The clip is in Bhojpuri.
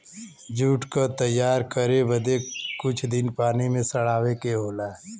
जूट क तैयार करे बदे कुछ दिन पानी में सड़ावे के होला